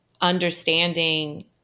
Understanding